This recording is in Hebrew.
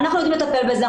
אנחנו יודעים לטפל בזה,